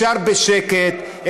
אפשר בשקט,